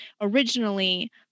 originally